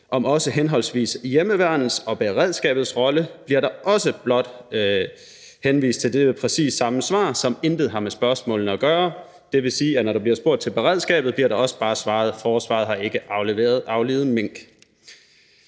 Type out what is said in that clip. om også henholdsvis hjemmeværnets og beredskabets rolle bliver der også blot henvist til præcis dette samme svar, som intet har med spørgsmålene at gøre. Det vil sige, at når der bliver spurgt til beredskabet, bliver der også bare svaret, at forsvaret ikke har aflivet mink.